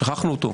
שכחנו אותו.